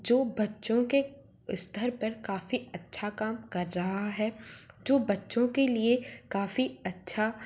जो बच्चों के स्तर पर काफ़ी अच्छा काम कर रहा है जो बच्चों के लिए काफ़ी अच्छा